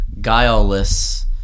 guileless